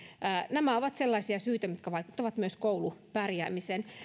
nämä ovat sellaisia syitä mitkä vaikuttavat myös koulupärjäämiseen